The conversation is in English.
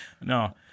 No